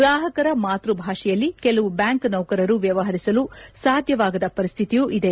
ಗ್ರಾಹಕರ ಮಾತೃಭಾಷೆಯಲ್ಲಿ ಕೆಲವು ಬ್ಹಾಂಕ್ ನೌಕರರು ವ್ಚವಹರಿಸಲು ಸಾಧ್ಯವಾಗದ ಪರಿಸ್ತಿತಿಯೂ ಇದೆ